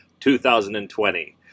2020